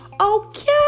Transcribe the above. Okay